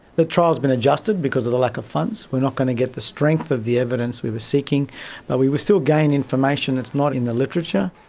the trial has been adjusted because of the lack of funds, we're not going to get the strength of the evidence we were seeking but we will still gain information that's not in the literature.